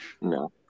No